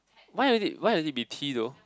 why does it why does it be T though